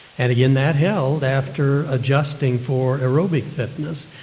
and again that held after adjusting for aerobic fitness.